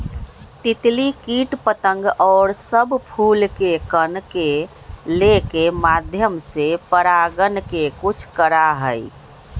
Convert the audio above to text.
तितली कीट पतंग और सब फूल के कण के लेके माध्यम से परागण के कुछ करा हई